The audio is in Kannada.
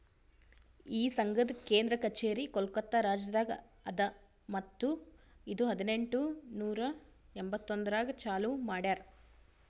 ಈ ಸಂಘದ್ ಕೇಂದ್ರ ಕಚೇರಿ ಕೋಲ್ಕತಾ ರಾಜ್ಯದಾಗ್ ಅದಾ ಮತ್ತ ಇದು ಹದಿನೆಂಟು ನೂರಾ ಎಂಬತ್ತೊಂದರಾಗ್ ಚಾಲೂ ಮಾಡ್ಯಾರ್